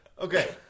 Okay